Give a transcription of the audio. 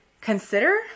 consider